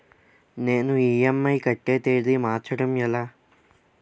నేను ఇ.ఎం.ఐ కట్టే తేదీ మార్చడం ఎలా?